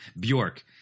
Bjork